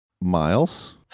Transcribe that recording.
Miles